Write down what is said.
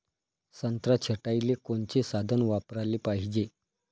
संत्रा छटाईले कोनचे साधन वापराले पाहिजे?